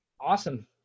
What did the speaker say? Awesome